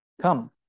Come